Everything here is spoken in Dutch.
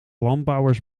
landbouwers